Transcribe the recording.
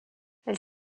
elle